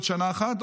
עוד שנה אחת,